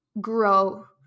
grow